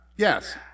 Yes